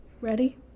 ready